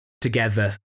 together